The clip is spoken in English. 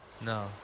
no